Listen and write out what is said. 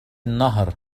النهر